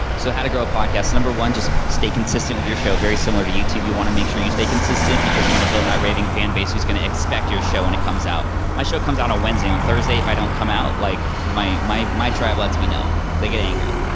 so, how to grow a podcast. number one, just stay consistent with your show, very similar to youtube, you wanna make sure you stay consistent because you wanna build that raving fanbase who's gonna expect your show when it comes out. my show comes out on a wednesday, on thursday if i don't come out, like my my tribe lets me know. they get angry.